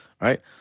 Right